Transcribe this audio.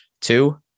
Two